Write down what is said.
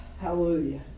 Hallelujah